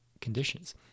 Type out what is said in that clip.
conditions